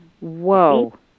Whoa